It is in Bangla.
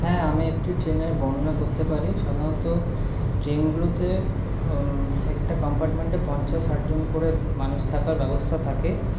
হ্যাঁ আমি একটি ট্রেনের বর্ণনা করতে পারি সাধারণত ট্রেনগুলোতে এক একটা কম্পার্টমেন্টে পঞ্চাশ ষাটজন করে মানুষ থাকার ব্যবস্থা থাকে